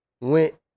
Went